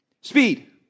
Speed